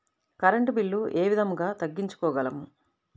Current bill ఏ విధంగా తగ్గించుకోగలము?